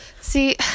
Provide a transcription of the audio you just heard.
See